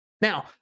Now